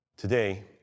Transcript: Today